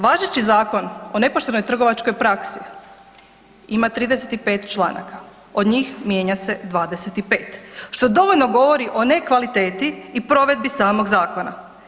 Važeći zakon o nepoštenoj trgovačkoj praksi ima 35 članaka, od njih mijenja se 25 što dovoljno govori o nekvaliteti i provedbi samog zakona.